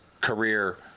career